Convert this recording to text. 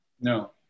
No